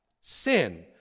Sin